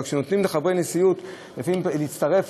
אבל כשנותנים לחברי נשיאות לפעמים להצטרף